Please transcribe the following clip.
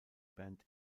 band